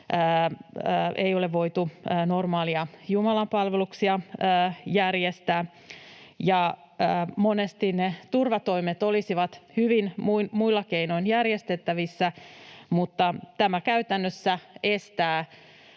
ei ole voitu normaaleja jumalanpalveluksia järjestää, ja monesti ne turvatoimet olisivat muilla keinoin hyvin järjestettävissä, mutta tämä käytännössä estää